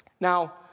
Now